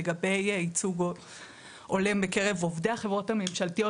לגבי ייצוג הולם בקרב עובדי החברות הממשלתיות,